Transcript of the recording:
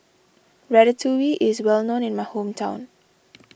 Ratatouille is well known in my hometown